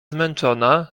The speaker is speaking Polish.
zmęczona